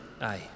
Aye